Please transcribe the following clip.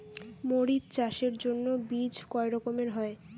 মরিচ চাষের জন্য বীজ কয় রকমের হয়?